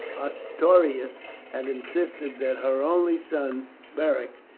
ostorius had insisted that her only son beric,